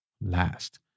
last